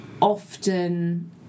often